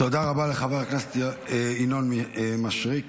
תודה רבה לחבר הכנסת יונתן מישרקי.